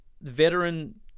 veteran